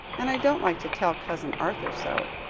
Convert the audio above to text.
and i don't like to tell cousin arthur so.